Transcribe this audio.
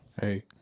Hey